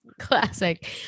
Classic